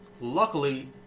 luckily